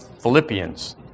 Philippians